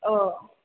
अ